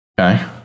Okay